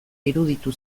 iruditu